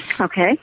Okay